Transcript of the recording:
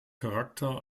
charakter